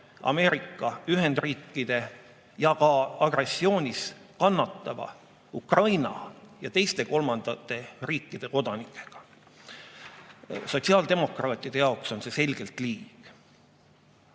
Ameerika Ühendriikide ja ka agressioonis kannatava Ukraina ja teiste kolmandate riikide kodanike puhul? Sotsiaaldemokraatide jaoks on see selgelt liig. Miks